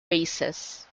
races